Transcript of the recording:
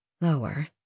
lower